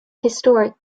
historic